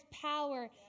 power